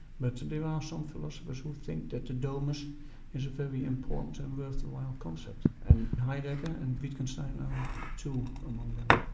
but there are some philosophers who think that the domus is a very important and worthwhile concept, and heidegger and wittgenstein are two among them.